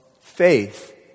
faith